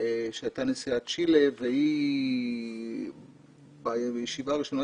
שהייתה נשיאת שילב והיא בישיבה הראשונה